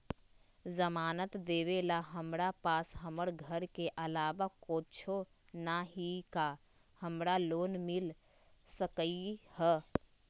जमानत देवेला हमरा पास हमर घर के अलावा कुछो न ही का हमरा लोन मिल सकई ह?